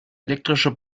elektrische